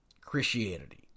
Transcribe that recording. Christianity